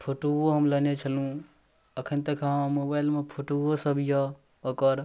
फोटोओ हम लेने छलहुँ एखन तक हमरा मोबाइलमे फोटोओसब अइ ओकर